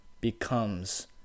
becomes